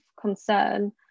concern